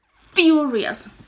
furious